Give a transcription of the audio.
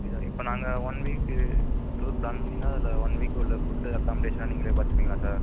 okay sir இப்போ நாங்கள் one week tour plan பண்ணியிருந்தா அதில் ஒன் வீக் உள்ள ஃபுட்டு அக்கோமோடேசன்லாம் நீங்களே பார்த்துப்பீங்களா சார்